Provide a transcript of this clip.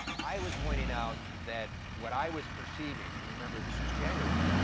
i was pointing out that what i was perceiving, and remember this was january,